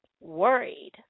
worried